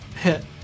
Hit